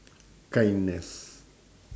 kindness